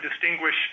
distinguish